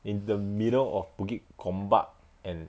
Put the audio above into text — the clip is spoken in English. in the middle of bukit gombak and